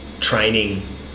training